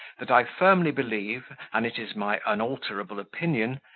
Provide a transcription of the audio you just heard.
that i firmly believe, and it is my unalterable opinion,